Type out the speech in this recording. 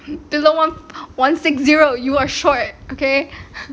below one one six zero you are short okay